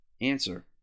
Answer